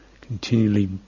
continually